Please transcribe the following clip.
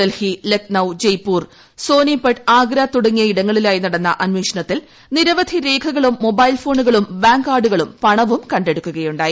ഡൽഹി ലഖ്നൌ ജയ്പൂർ സോനെപട്ട് ആഗ്ര തുടങ്ങിയ ഇടങ്ങളിലായി നടന്ന അന്വേഷണത്തിൽ നിരവധി രേഖകളും മൊബൈൽ ഫോണുകളും ബാങ്ക് കാർഡുകളും പണവും കണ്ടെടുക്കുകയുണ്ടായി